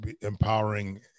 empowering